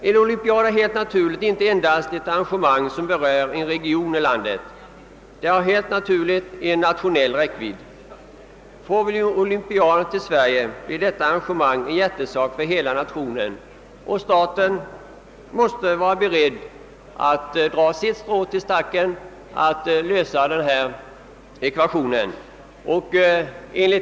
En olympiad är ett arrangemang som inte endast berör en region i landet; det har nationell räckvidd. Om vinterolympiaden förläggs till Sverige, blir detta arrangemang en hjärtesak för hela nationen, och staten måste vara beredd att dra sitt strå till stacken för att lösa ekvationen.